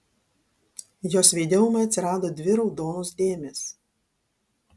jos veide ūmai atsirado dvi raudonos dėmės